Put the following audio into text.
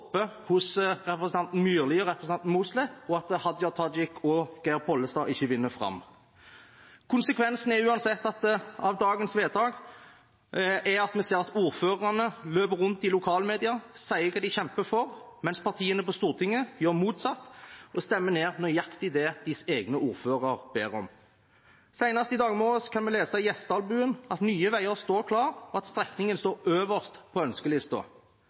hos representanten Myrli og representanten Mossleth, og Hadia Tajik og Geir Pollestad vinner ikke fram? Konsekvensen av dagens vedtak er uansett at vi ser at ordførerne løper rundt i lokalmedia, sier hva de kjemper for, mens partiene på Stortinget gjør motsatt og stemmer ned nøyaktig det deres egne ordførere ber om. Senest i dag morges kunne vi lese i Gjesdalbuen at Nye Veier står klar, og at strekningen står øverst på